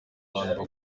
abantu